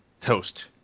Toast